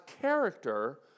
character